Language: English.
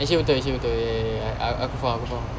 actually betul actually betul ya ya ya ya aku faham aku faham